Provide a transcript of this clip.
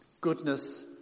Goodness